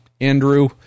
Andrew